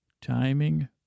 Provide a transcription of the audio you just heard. Timing